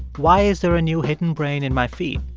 why is there a new hidden brain in my feed?